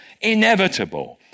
Inevitable